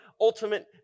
ultimate